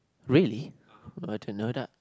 really well I didn't know that